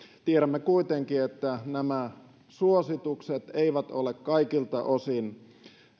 tiedämme kuitenkin että nämä suositukset eivät ole kaikilta osin